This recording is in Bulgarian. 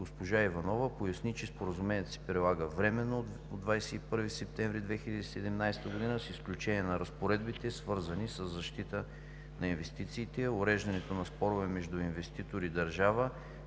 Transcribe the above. Госпожа Иванова поясни, че Споразумението се прилага временно от 21 септември 2017 г., с изключение на разпоредбите, свързани със защита на инвестициите, уреждането на спорове между инвеститор и държава,